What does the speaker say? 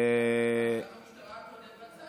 העניין הוא שאנחנו נבצע את זה.